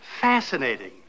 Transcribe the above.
fascinating